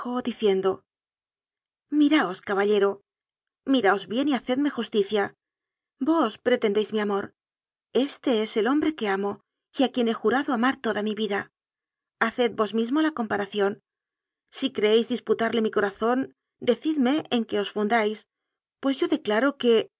diciendo miraos caballero miraos bien y hafcedme justicia vos pretendéis mi amor éste es el hombre que amo y a quien he jurado amar toda mi vida haced vos mismo la compara ción si creéis disputarle mi corazón decidme en qué os fundáis pues yo declaro que